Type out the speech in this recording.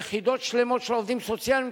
יחידות שלמות של עובדים סוציאליים,